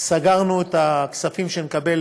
סגרנו את הכספים שנקבל